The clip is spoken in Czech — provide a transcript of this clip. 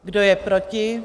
Kdo je proti?